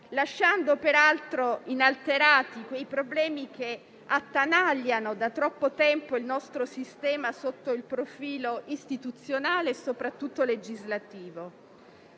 lasciando peraltro inalterati quei problemi che attanagliano da troppo tempo il nostro sistema sotto il profilo istituzionale e soprattutto legislativo.